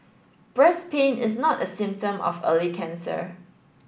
breast pain is not a symptom of early cancer